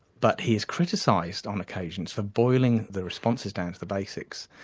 but he is criticised on occasions for boiling their responses down to the basics.